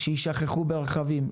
שישכחו ברכבים.